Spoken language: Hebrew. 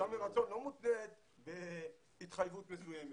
פרישה מרצון לא מותנית בהתחייבות מסוימת.